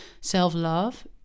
self-love